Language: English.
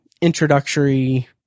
introductory